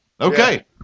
Okay